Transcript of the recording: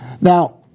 Now